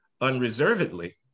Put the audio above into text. unreservedly